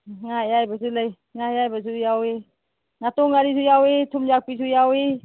ꯉꯥ ꯑꯌꯥꯏꯕꯁꯨ ꯂꯩ ꯉꯥ ꯑꯌꯥꯏꯕꯁꯨ ꯌꯥꯎꯏ ꯉꯥꯇꯣꯟ ꯉꯥꯔꯤꯁꯨ ꯌꯥꯎꯏ ꯊꯨꯝ ꯌꯥꯛꯄꯤꯁꯨ ꯌꯥꯎꯏ